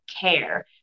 care